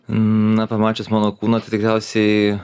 na pamačius mano kūną tikriausiai